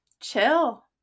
chill